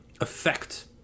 effect